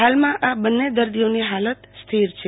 હાલ આ બન્ને દર્દીઓની હાલત સ્થિર છે